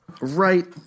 right